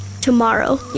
Tomorrow